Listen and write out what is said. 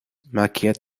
markiert